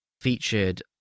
featured